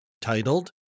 titled